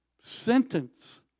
sentence